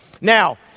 Now